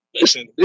Listen